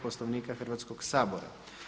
Poslovnika Hrvatskog sabora.